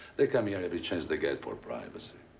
they come here every chance they get for privacy.